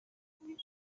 ashimira